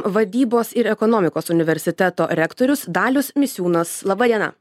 vadybos ir ekonomikos universiteto rektorius dalius misiūnas laba diena